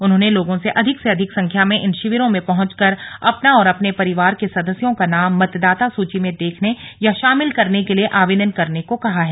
उन्होंने लोगों से अधिक से अधिक संख्या में इन शिविरों में पहुंचकर अपना और अपने परिवार के सदस्यों का नाम मतदाता सूची में देखने या शामिल करने के लिए ऑवेदन करने को कहा है